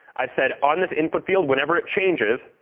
i've said on this input field, whenever it changes,